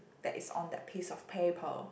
that is on that piece of paper